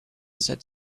said